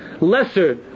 lesser